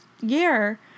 year